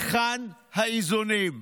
היכן האיזונים?